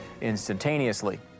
instantaneously